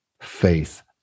faith